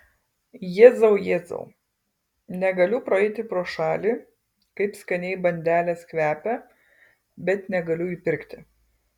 jėzau jėzau negaliu praeiti pro šalį kaip skaniai bandelės kvepia bet negaliu įpirkti